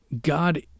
God